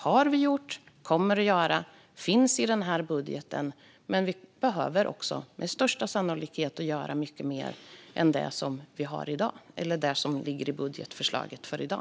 Vi har gjort detta, och vi kommer att göra det. Det finns i budgeten, men vi behöver med största sannolikhet göra mycket mer än det som ligger i budgetförslaget i dag.